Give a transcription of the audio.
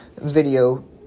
video